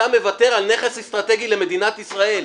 אתה מוותר על נכנס אסטרטגי למדינת ישראל.